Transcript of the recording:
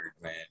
man